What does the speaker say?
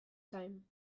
time